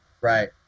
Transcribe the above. Right